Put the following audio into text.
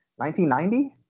1990